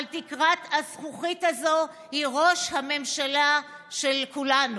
אבל תקרת הזכוכית הזאת היא ראש הממשלה של כולנו,